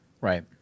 Right